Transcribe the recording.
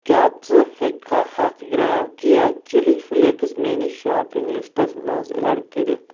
کیٛاہ ژٕ ہیٚکۍ کھا ہتھ گریم کییا چِلی فلیکس میٲنِس شاپنگ لسٹَس منٛز ایڈ کٔرِتھ